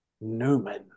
Newman